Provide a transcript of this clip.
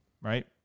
Right